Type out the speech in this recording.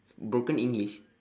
broken english